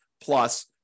plus